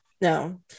No